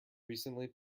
recently